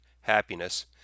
happiness